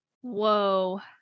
Whoa